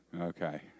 Okay